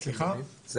הרי